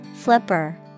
Flipper